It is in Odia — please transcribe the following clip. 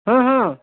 ହଁ ହଁ